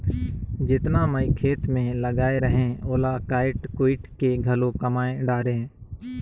जेतना मैं खेत मे लगाए रहें ओला कायट कुइट के घलो कमाय डारें